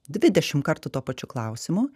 dvidešim kartų tuo pačiu klausimu